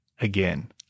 again